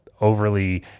overly